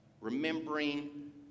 Remembering